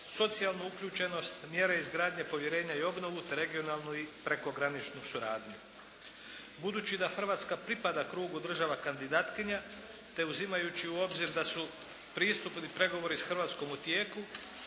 socijalnu uključenost, mjere izgradnje povjerenja i obnovu te regionalnu i prekograničnu suradnju. Budući da Hrvatska pripada krugu država kandidatkinja te uzimajući u obzir da su pristupi i pregovori s Hrvatskom u tijeku,